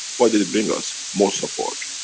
what did it bring us? more support.